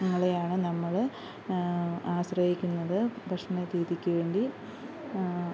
ങ്ങളെയാണ് നമ്മൾ ആശ്രയിക്കുന്നത് ഭക്ഷണ രീതിയ്ക്ക് വേണ്ടി